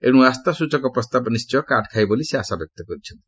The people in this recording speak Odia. ଏଣ୍ର ଆସ୍ଥାସଚକ ପ୍ରସ୍ତାବ ନିଶ୍ଚୟ କାଟ୍ ଖାଇବ ବୋଲି ସେ ଆଶାବ୍ୟକ୍ତ କରିଛନ୍ତି